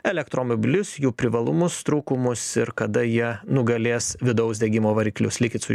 elektromobilius jų privalumus trūkumus ir kada jie nugalės vidaus degimo variklius likit su